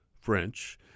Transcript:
French